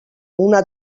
una